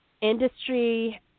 industry